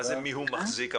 מה זה מיהו מחזיק?